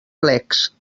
plecs